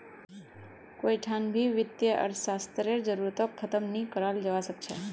कोई ठान भी वित्तीय अर्थशास्त्ररेर जरूरतक ख़तम नी कराल जवा सक छे